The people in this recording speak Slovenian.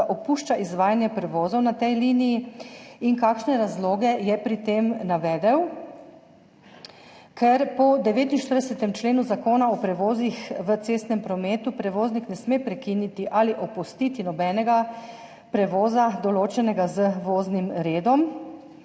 opušča izvajanje prevozov na tej liniji? Kakšne razloge je pri tem navedel? Ker po 49. členu Zakona o prevozih v cestnem prometu prevoznik ne sme prekiniti ali opustiti nobenega prevoza, določenega z voznim redom,